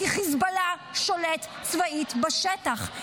כי חיזבאללה שולט צבאית בשטח.